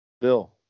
Bill